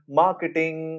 marketing